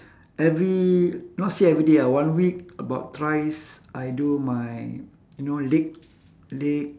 every not say everyday ah one week about thrice I do my you know leg leg